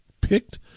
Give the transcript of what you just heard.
picked